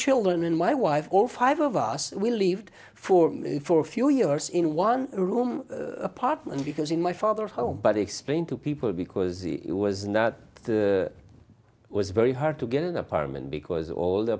children and my wife all five of us will leave for for a few years in one room apartment because in my father's home but explain to people because it was not was very hard to get an apartment because all the